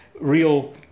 real